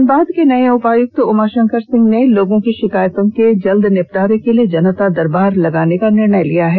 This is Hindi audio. जनता दरबार धनबाद के नये उपायुक्त उमाशंकर सिंह ने लोगों की शिकायतों के जल्द निपटारे के लिए जनता दरबार लगाने का निर्णय लिया है